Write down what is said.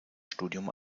studium